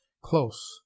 close